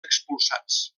expulsats